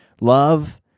Love